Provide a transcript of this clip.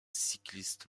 cyclistes